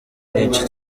nyinshi